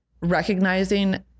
recognizing